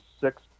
six